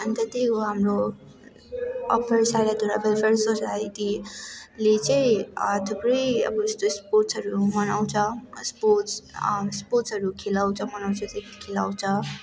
अन्त त्यही हो हाम्रो अप्पर साइलाधुरा वेलफेयर सोसाइटीले चाहिँ थुप्रै अब यस्तो स्पोर्ट्सहरू मनाउँछ स्पोर्ट्स स्पोर्ट्सहरू खेलाउँछ मनाउँछ खेलाउँछ